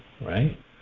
right